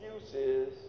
excuses